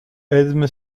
edme